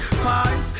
fight